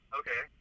okay